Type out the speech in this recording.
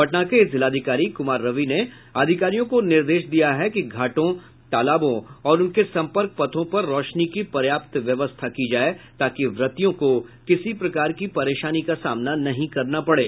पटना के जिलाधिकारी कुमार रवि ने अधिकारियों को निर्देश दिया है कि घाटों तालाबों और उनके सम्पर्क पथों पर रोशनी की पर्याप्त व्यवस्था की जाए ताकि व्रतियों को किसी प्रकार की परेशानी का सामना नहीं करना पड़े